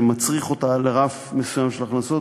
שמצריך אותה לרף מסוים של הכנסות,